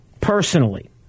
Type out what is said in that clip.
personally